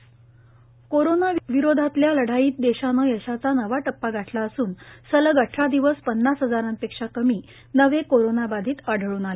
देश Covid corona विरोधातल्या लढाईत देशानं यशाचा नवा टप्पा गाठला असून सलग अठरा दिवस पन्नास हजारापेक्षा कमी नवे कोरोनाबाधित आढळून आले